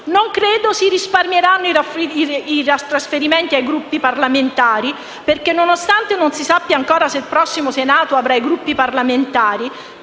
Non credo si risparmieranno i trasferimenti ai Gruppi parlamentari, perché nonostante non si sappia ancora se il prossimo Senato avrà i Gruppi parlamentari,